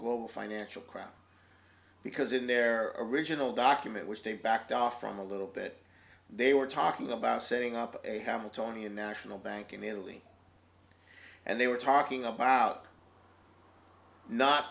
global financial crowd because in their original document which they backed off from a little bit they were talking about setting up a hamiltonian national bank in the early and they were talking about not